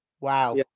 Wow